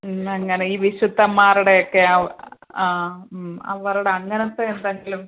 അങ്ങനെ ഈ വിശുദ്ധൻമ്മാരുടെയൊക്കെ ആ അവരുടെ അങ്ങനത്തെ എന്തെങ്കിലും